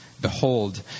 Behold